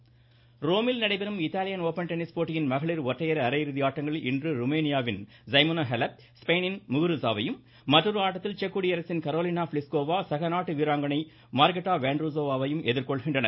tennis ரோமில் நடைபெறும் Italian open tennis போட்டியின் மகளிர் ஒற்றையர் அரையிறுதி ஆட்டங்களில் இன்று ருமேனியாவின் ஸைமனோ ஹெலப் ஸ்பெயினின் முகுருஸாவையும் மற்றொரு ஆட்டத்தில் செக் குடியரசின் கரோலினா பிளிஸ்கோவா சக நாட்டு வீராங்கணை மார்கெட்டா வேண்ட்ருஸோவாவை எதிர்கொள்கின்றனர்